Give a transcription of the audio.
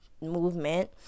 movement